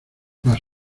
las